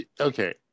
Okay